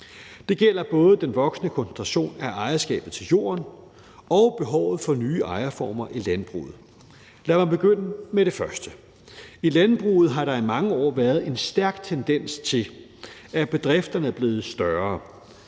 Det gælder både den voksende koncentration af ejerskabet til jorden og behovet for nye ejerformer i landbruget. Lad mig begynde med det første. I landbruget har der i mange år været en stærk tendens til, at bedrifterne er blevet større.